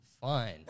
fine